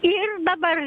ir dabar